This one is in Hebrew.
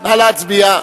נא להצביע.